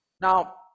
Now